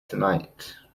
tonight